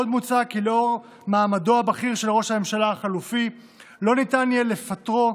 עוד מוצע כי לאור מעמדו הבכיר של ראש הממשלה החלופי לא ניתן יהיה לפטרו,